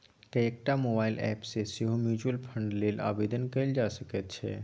कएकटा mobile app सँ सेहो म्यूचुअल फंड लेल आवेदन कएल जा सकैत छै